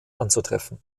anzutreffen